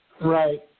Right